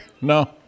No